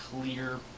clear